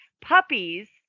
Puppies